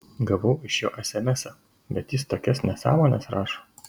gavau iš jo esemesą bet jis tokias nesąmones rašo